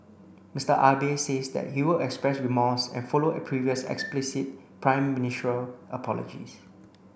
Mister Abe says that he will express remorse and follow previous explicit prime ministerial apologies